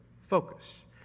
focus